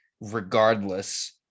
regardless